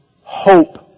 Hope